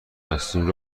هستیم